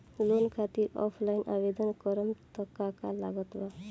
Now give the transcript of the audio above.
Loan खातिर offline आवेदन करे म का का लागत बा?